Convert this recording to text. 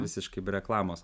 visiškai be reklamos